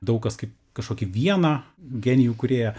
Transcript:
daug kas kaip kažkokį vieną genijų kūrėją